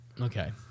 okay